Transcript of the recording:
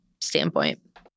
standpoint